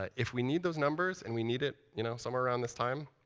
ah if we need those numbers, and we need it you know somewhere around this time,